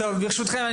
ברשותכם,